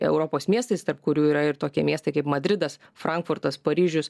europos miestais tarp kurių yra ir tokie miestai kaip madridas frankfurtas paryžius